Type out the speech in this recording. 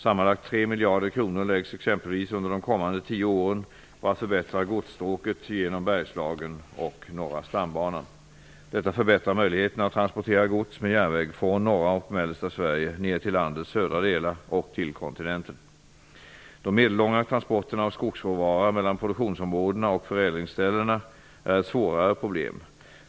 Sammanlagt 3 miljarder kronor läggs exempelvis under de kommande tio åren på att förbättra godsstråket genom Bergslagen och Norra stambanan. Detta förbättrar möjligheterna att transportera gods med järnväg från norra och mellersta Sverige ner till landets södra delar och till kontinenten. De medellånga transporterna av skogsråvara mellan produktionsområdena och förädlingsställena är ett svårare problem.